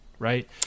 Right